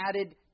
added